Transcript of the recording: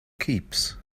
keeps